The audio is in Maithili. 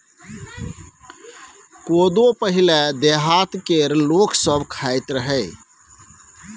कोदो पहिले देहात केर लोक सब खाइत रहय